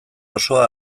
osoa